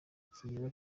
kigera